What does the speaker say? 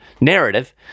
narrative